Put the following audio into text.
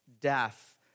death